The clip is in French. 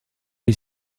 est